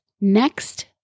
Next